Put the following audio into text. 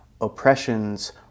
oppressions